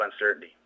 uncertainty